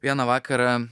vieną vakarą